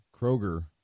Kroger